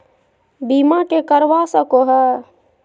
बीमा के करवा सको है?